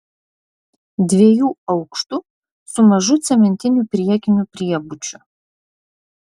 dviejų aukštų su mažu cementiniu priekiniu priebučiu